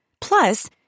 Plus